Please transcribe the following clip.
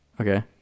Okay